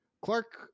Clark